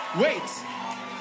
Wait